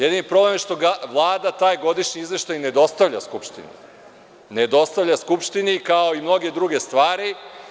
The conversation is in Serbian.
Jedini problem je što Vlada taj godišnji izveštaj ne dostavlja Skupštini, kao i mnoge druge stvari.